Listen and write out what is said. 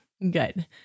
Good